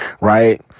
right